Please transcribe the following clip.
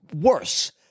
worse